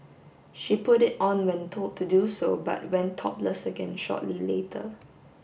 she put it on when told to do so but went topless again shortly later